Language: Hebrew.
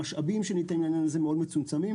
המשאבים שניתנים לעניין הזה הם מאוד מצומצמים,